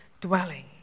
dwelling